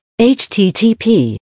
HTTP